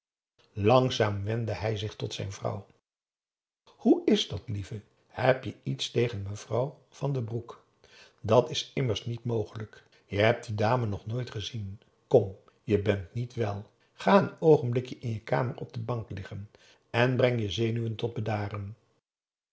langzaam wendde hij zich tot zijn vrouw hoe is dat lieve heb je iets tegen mevrouw van p a daum hoe hij raad van indië werd onder ps maurits den broek dat is immers niet mogelijk je hebt die dame nog nooit gezien kom je bent niet wel ga een oogenblik in je kamer op de bank liggen en breng je zenuwen tot bedaren